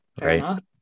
Right